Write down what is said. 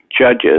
judges